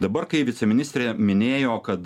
dabar kai viceministrė minėjo kad